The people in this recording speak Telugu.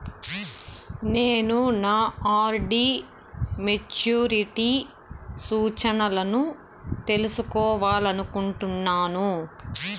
నేను నా ఆర్.డి మెచ్యూరిటీ సూచనలను తెలుసుకోవాలనుకుంటున్నాను